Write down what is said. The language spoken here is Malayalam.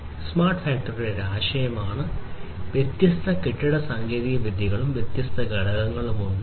എന്നാൽ സ്മാർട്ട് ഫാക്ടറി ഒരു ആശയമാണ് വ്യത്യസ്ത കെട്ടിട സാങ്കേതികവിദ്യകളും വ്യത്യസ്ത ഘടകങ്ങളും ഉണ്ട്